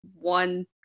one